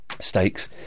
stakes